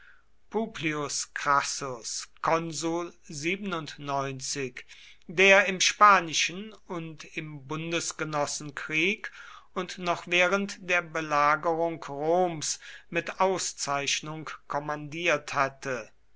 publius crassus der im spanischen und im bundesgenossenkrieg und noch während der belagerung roms mit auszeichnung kommandiert hatte